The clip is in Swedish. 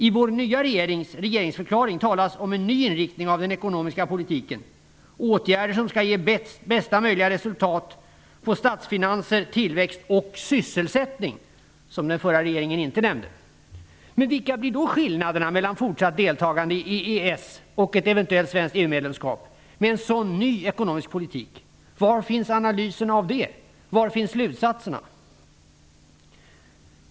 I vår nya regerings regeringsdeklaration talas det om en ny inriktning av den ekonomiska politiken, om åtgärder som skall ge bästa möjliga resultat för statsfinanser, tillväxt och sysselsättning. Den förra regeringen nämnde inte sysselsättningen. Vilka blir då skillnaderna mellan fortsatt deltagande i EES och ett eventuellt svenskt EU medlemskap med en sådan ny ekonomisk politik? Var finns analyserna av det? Var finns slutsatserna?